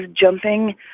jumping